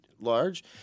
large